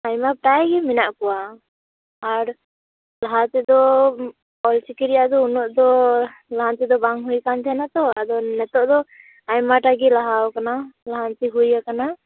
ᱟᱭᱢᱟ ᱛᱟᱭᱜᱤ ᱢᱮᱱᱟᱜ ᱠᱚᱣᱟ ᱟᱨ ᱞᱟᱦᱟ ᱛᱮᱫᱚ ᱚᱞ ᱪᱤᱠᱤ ᱨᱮᱭᱟᱜ ᱫᱚ ᱩᱱᱟᱹᱜ ᱫᱚ ᱞᱟᱦᱟᱱᱛᱤ ᱫᱚ ᱵᱟᱝ ᱦᱩᱭᱟᱠᱟᱱ ᱛᱟᱦᱮᱱᱟ ᱛᱚ ᱟᱫᱚ ᱱᱤᱛᱳᱜ ᱫᱚ ᱟᱭᱢᱟ ᱠᱟᱭᱜᱮ ᱞᱟᱦᱟᱣ ᱠᱟᱱᱟ ᱞᱟᱦᱟᱱᱛᱤ ᱦᱩᱭᱟᱠᱟᱱᱟ